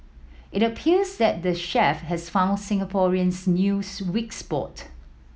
it appears that the chef has found Singaporeans new weak spot